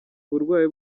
uburwayi